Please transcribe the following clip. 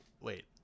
Wait